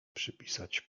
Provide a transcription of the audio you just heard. przypisać